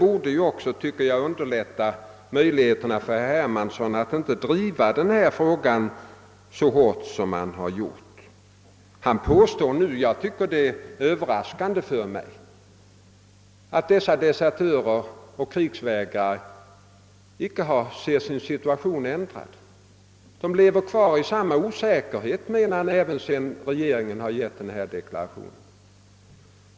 Därför borde herr Hermansson inte behöva driva denna fråga så hårt som han har gjort. Han påstår nu — vilket är överraskande för mig — att dessa desertörer och krigsvägrare icke ser sin situation ändrad utan lever kvar i samma osäkerhet även sedan regeringen har avgivit sin deklaration.